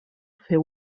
fer